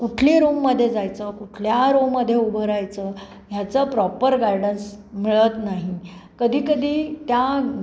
कुठली रूममध्ये जायचं कुठल्या रूममध्ये उभं राहायचं ह्याचं प्रॉपर गायडन्स मिळत नाही कधी कधी त्या